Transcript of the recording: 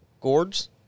Gourds